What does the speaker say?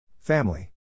Family